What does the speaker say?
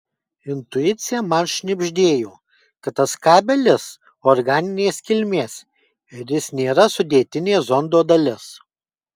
intuicija man šnibždėjo kad tas kabelis organinės kilmės ir jis nėra sudėtinė zondo dalis